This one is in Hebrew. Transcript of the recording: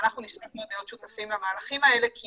ואנחנו נשמח מאוד להיות שותפים למהלכים האלה כי